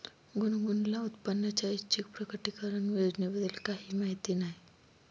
गुनगुनला उत्पन्नाच्या ऐच्छिक प्रकटीकरण योजनेबद्दल काहीही माहिती नाही